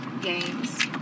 games